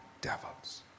devils